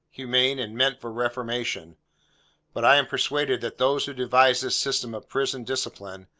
humane, and meant for reformation but i am persuaded that those who devised this system of prison discipline,